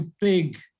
big